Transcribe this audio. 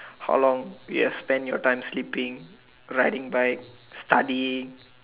how long you've spent your time sleeping riding bike studying